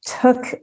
took